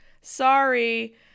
Sorry